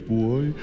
boy